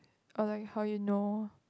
or like how you know